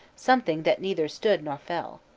something that neither stood nor fell.